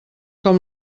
com